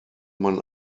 man